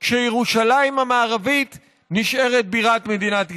כשירושלים המערבית נשארת בירת מדינת ישראל.